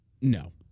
no